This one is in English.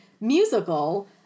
musical